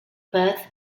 perth